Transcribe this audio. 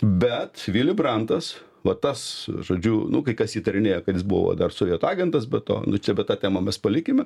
bet vili brantas va tas žodžiu nu kai kas įtarinėja kad jis buvo dar sovietų agentas be to nu bet čia tą temą mes palikime